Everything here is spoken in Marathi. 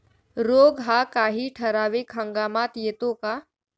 रोग हा काही ठराविक हंगामात येतो का?